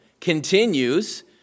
continues